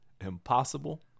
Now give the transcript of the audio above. Impossible